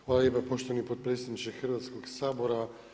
Hvala lijepo poštovani potpredsjedniče Hrvatskoga sabora.